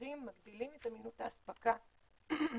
שמגבירים ומגדילים את מהירות האספקה בישראל,